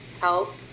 Help